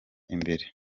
imbere